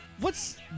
whats